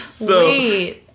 wait